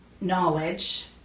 knowledge